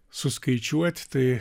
suskaičiuoti tai